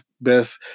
best